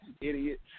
idiot